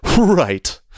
Right